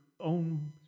own